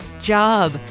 job